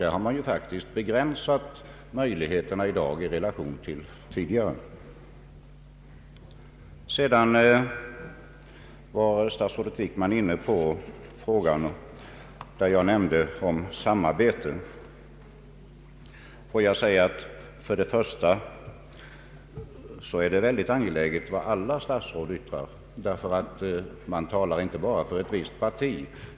Där har man faktiskt begränsat möjligheterna i dag i relation till tidigare förhållanden. Statsrådet Wickman kom även in på vad jag hade nämnt om samarbete. Får jag först och främst säga att det är väldigt angeläget vad alla statsråd yttrar, ty de talar inte bara för ett visst parti.